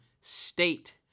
state